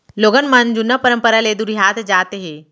लोगन मन जुन्ना परंपरा ले दुरिहात जात हें